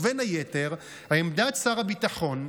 ובין היתר עמדת שר הביטחון,